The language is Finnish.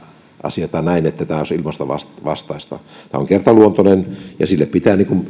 asiaa näin että tämä olisi ilmastovastaista tämä on kertaluontoinen ja sille pitää